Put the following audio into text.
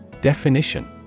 Definition